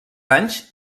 anys